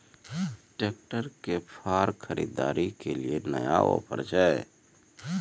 Tractor के फार खरीदारी के लिए नया ऑफर छ?